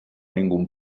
ningún